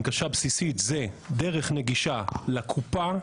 הנגשה בסיסית היא: דרך נגישה לקופה,